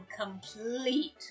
complete